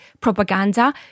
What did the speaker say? propaganda